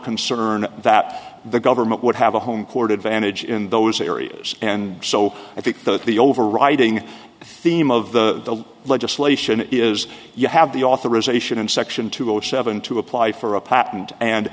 concern that the government would have a home court advantage in those areas and so i think that the overriding theme of the legislation is you have the authorization in section two hundred seven to apply for a patent and